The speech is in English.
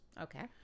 Okay